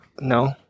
No